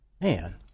Man